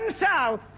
South